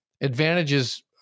advantages